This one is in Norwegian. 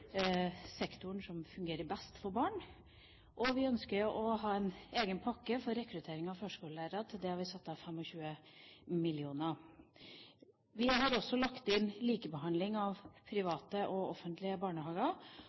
sektoren som fungerer best for barn. Vi ønsker også å ha en egen pakke for rekruttering av førskolelærere. Til det har vi satt av 25 mill. kr. Vi har lagt inn likebehandling av private og offentlige barnehager,